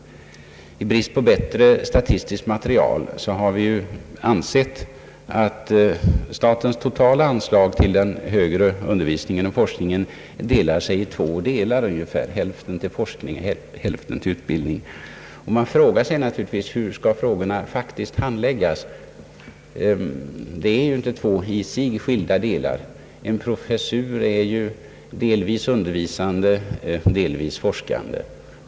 I brist på bättre statistiskt material har vi ansett att statens totala anslag till den högre undervisningen och forskningen delar sig i två delar, med ungefär hälften till forskning och hälften till utbildning. Man frågar sig naturligtvis hur frågorna skall handläggas praktiskt. Det är ju inte två i sig skilda delar. En professur är ju delvis undervisande, delvis forskande.